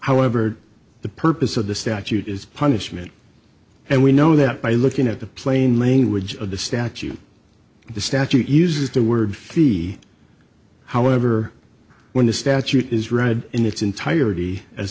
however the purpose of the statute is punishment and we know that by looking at the plain language of the statute the statute uses the word fee however when the statute is read in its entirety as